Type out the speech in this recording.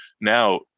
now